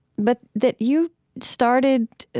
but that you started,